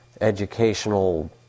educational